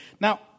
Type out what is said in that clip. Now